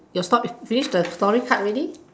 your sto~ is this the story card already